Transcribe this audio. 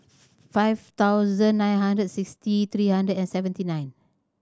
five thousand nine hundred sixty three hundred and seventy nine